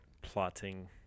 plotting